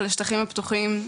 השטחים הפתוחים,